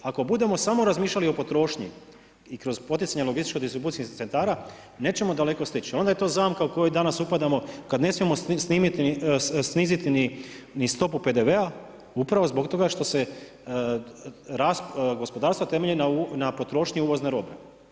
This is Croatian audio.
Ako budemo samo razmišljali o potrošnji i kroz poticanje logističko-distribucijskih centara, nećemo daleko stići, onda je to zamka u kojoj danas upadamo kad ne smijemo sniziti ni stopu PDV-a upravo zbog toga što se gospodarstvo temelji na potrošnji uvozne robe.